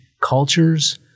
cultures